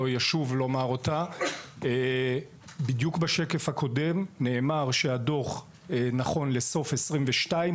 ישוב לומר אותה בדיוק בשקף הקודם נאמר שהדוח נכון לסוף 22,